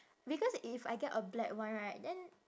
because if I get a black one right then